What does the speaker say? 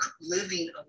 living